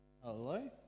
Hello